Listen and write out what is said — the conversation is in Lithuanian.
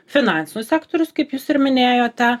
finansų sektorius kaip jūs ir minėjote